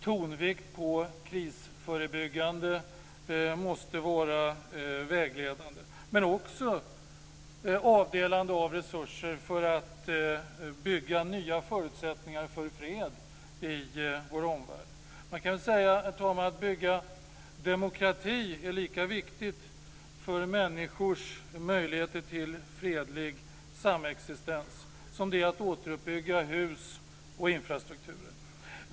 Tonvikt på krisförebyggande måste vara vägledande, men resurser måste också avdelas för byggande av nya förutsättningar för fred i vår omvärld. Herr talman! Att bygga demokrati kan sägas vara lika viktigt för människors möjligheter till fredlig samexistens som det är att återuppbygga hus och infrastrukturer.